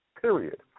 period